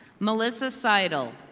melissa sidel.